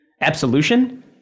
Absolution